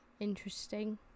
Interesting